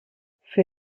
für